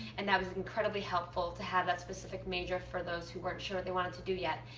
and that was incredibly helpful to have that specific major for those who weren't sure what they wanted to do yet.